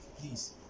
please